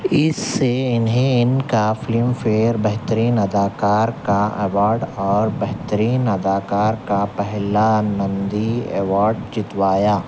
اس سے انہیں ان کا فلم فیئر بہترین اداکار کا اوارڈ اور بہترین اداکار کا پہلا نندی ایوارڈ جتوایا